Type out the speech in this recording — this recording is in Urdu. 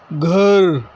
گھر